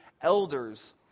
elders